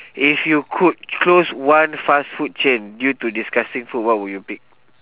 if you could close one fast food chain due to disgusting food what will you pick